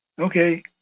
okay